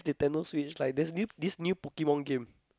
Nintendo-Switch like there's new this new Pokemon game